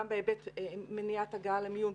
גם בהיבט מניעת הגעה למיון,